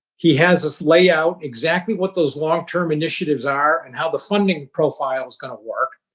he has us layout exactly what those long-term initiatives are and how the funding profile is going to work.